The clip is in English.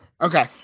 Okay